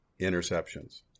interceptions